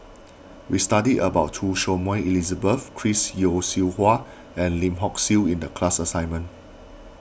we studied about Choy Su Moi Elizabeth Chris Yeo Siew Hua and Lim Hock Siew in the class assignment